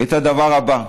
את הדבר הבא: